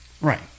Right